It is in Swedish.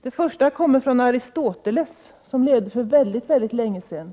Det första kommer från Aristoteles, som levde för mycket länge sedan.